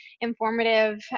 informative